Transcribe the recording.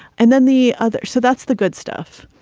and then the other. so that's the good stuff.